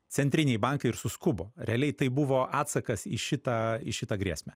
centriniai bankai ir suskubo realiai tai buvo atsakas į šitą į šitą grėsmę